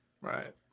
Right